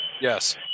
Yes